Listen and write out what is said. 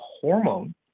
hormone